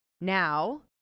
now